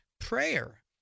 prayer